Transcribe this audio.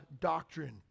doctrine